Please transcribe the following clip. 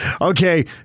Okay